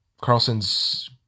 Carlson's